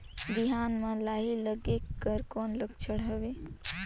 बिहान म लाही लगेक कर कौन लक्षण हवे?